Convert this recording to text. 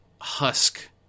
husk